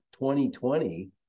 2020